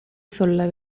சொல்ல